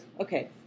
Okay